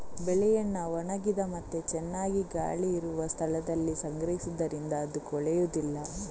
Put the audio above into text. ಬೆಳೆಯನ್ನ ಒಣಗಿದ ಮತ್ತೆ ಚೆನ್ನಾಗಿ ಗಾಳಿ ಇರುವ ಸ್ಥಳದಲ್ಲಿ ಸಂಗ್ರಹಿಸುದರಿಂದ ಅದು ಕೊಳೆಯುದಿಲ್ಲ